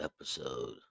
episode